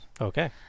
Okay